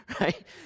Right